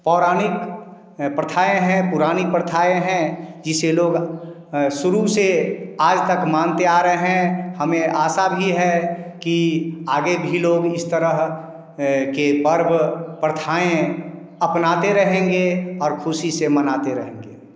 पौराणिक प्रथाएँ हैं पुरानी प्रथाएँ हैं जिसे लोग शुरू से आज तक मानतें आ रहे हैं हमें आशा भी है कि आगे भी लोग इस तरह के पर्व प्रथाएँ अपनाते रहेंगे और खुशी से मानतें रहेंगे